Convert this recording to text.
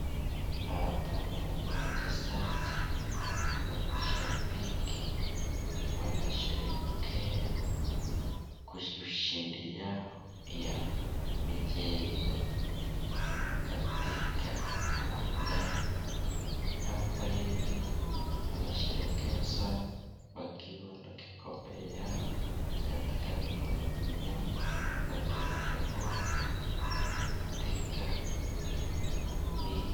Hapa naona wachezaji na mashabiki wanasherehekea ushindi yao ya michezo katika uwanja, hapa hivi wanasherehekea sana wakiwa na kikombe yao katika mikononi mwao wakirukaruka katika hii...